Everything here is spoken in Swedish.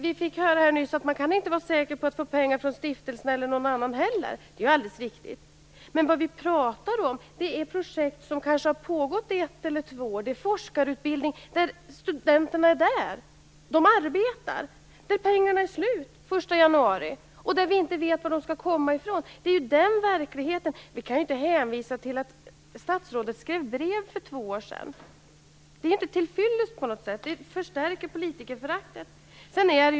Vi fick nyss höra att man inte heller kunde vara säker på att få pengar vare sig från stiftelsen eller från någon annan. Det är alldeles riktigt. Men nu talar vi om projekt som har pågått i ett eller kanske två år. Det rör sig om forskarutbildning där studenter är närvarande och arbetar. Dessa pengar är slut den 1 januari, och vi vet inte var det skall komma nya ifrån. Detta är verkligheten. Det går inte att hänvisa till statsrådets brev för två år sedan. Det är inte till fyllest och förstärker bara politikerföraktet.